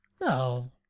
No